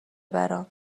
برام